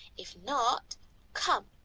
if not come,